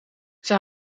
zij